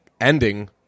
Ending